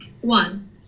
one